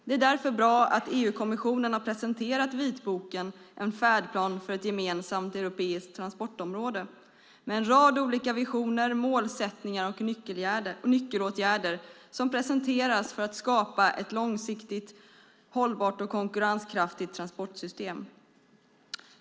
Det är bra att EU-kommissionen presenterat vitboken En färdplan för ett gemensamt europeiskt transportområde med en rad olika visioner, målsättningar och nyckelåtgärder som presenteras för att skapa ett långsiktigt hållbart och konkurrenskraftigt transportsystem.